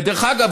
ודרך אגב,